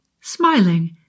Smiling